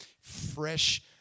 fresh